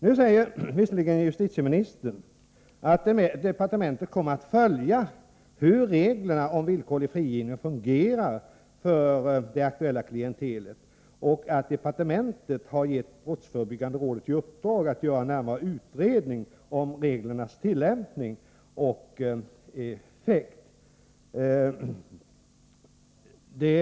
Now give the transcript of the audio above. Justitieministern säger visserligen att departementet kommer att följa hur reglerna om villkorlig frigivning fungerar för det aktuella klientelet och att departementet har gett brottsförebyggande rådet i uppdrag att göra en närmare utredning om reglernas tillämpning och effekt.